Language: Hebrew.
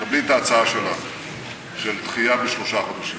ותקבלי את ההצעה של דחייה בשלושה חודשים